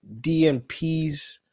DMPs